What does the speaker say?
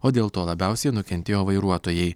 o dėl to labiausiai nukentėjo vairuotojai